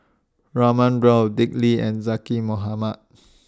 Raman Daud Dick Lee and Zaqy Mohamad